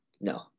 No